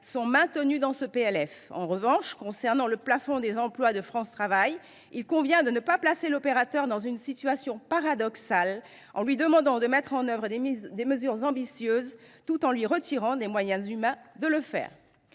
sont maintenus dans ce PLF. En revanche, concernant le plafond d’emplois de France Travail, il convient de ne pas placer l’opérateur dans une situation paradoxale en lui demandant de mettre en œuvre des mesures ambitieuses tout en lui retirant les moyens humains de le faire.